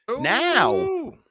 now